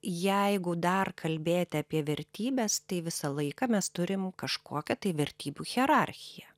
jeigu dar kalbėti apie vertybes tai visą laiką mes turim kažkokią tai vertybių hierarchiją